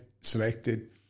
selected